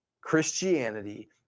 Christianity